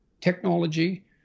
technology